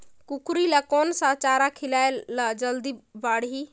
कूकरी ल कोन सा चारा खिलाय ल जल्दी बाड़ही?